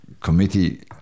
committee